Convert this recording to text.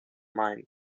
mind